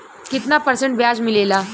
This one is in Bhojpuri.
कितना परसेंट ब्याज मिलेला?